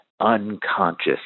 unconscious